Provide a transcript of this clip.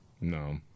No